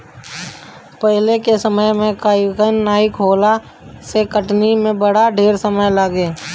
पहिले के समय कंबाइन नाइ होखला से कटनी में बड़ा ढेर समय लागे